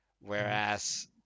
Whereas